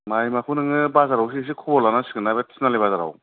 माइमाखौ नोङो इसे बाजारावसो खबर लानांसिगोन नोङो बे तिनालि बाजाराव